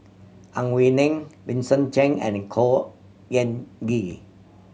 Ang Wei Neng Vincent Cheng and Khor Ean Ghee